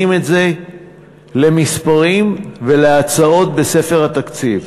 את זה למספרים ולהצעות בספר התקציב.